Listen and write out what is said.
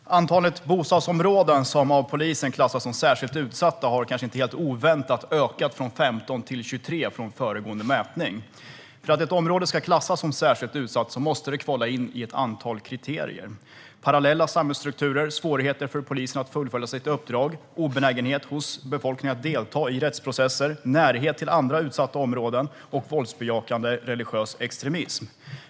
Herr talman! Antalet bostadsområden som av polisen klassas som särskilt utsatta har, kanske inte helt oväntat, ökat från 15 till 23 från föregående mätning. För att ett område ska klassas som särskilt utsatt måste det uppfylla ett antal kriterier: parallella samhällsstrukturer, svårigheter för polisen att fullfölja sitt uppdrag, obenägenhet hos befolkningen att delta i rättsprocesser, närhet till andra utsatta områden och våldsbejakande religiös extremism.